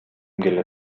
келе